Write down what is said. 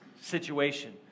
situation